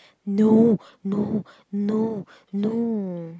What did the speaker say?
no no no no